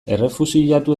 errefuxiatu